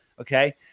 okay